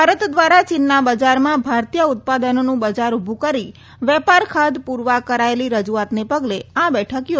ભારત દ્વારા ચીનના બજારમાં ભારતીય ઉત્પાદનોનું બજાર ઉભું કરી વેપાર ખાધ પૂરવા કરાયેલી રજુઆતના પગલે આ બેઠક યોજાઈ છે